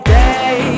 day